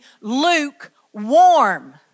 lukewarm